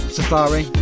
Safari